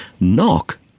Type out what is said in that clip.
Knock